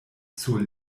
sur